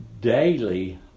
daily